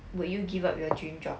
would you give up your dream job